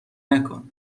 نکن